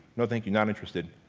no thank you, not interested